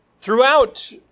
Throughout